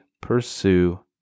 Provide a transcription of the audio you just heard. pursue